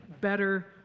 better